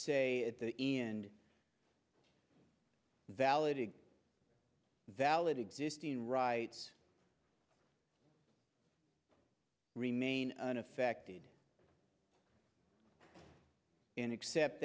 say at the end valid a valid existing rights remain unaffected and except